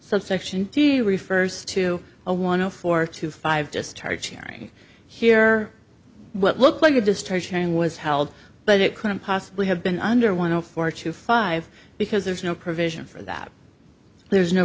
subsection d refers to a one zero four to five just charge hearing here what looks like a discharge hearing was held but it couldn't possibly have been under one o four to five because there's no provision for that there's no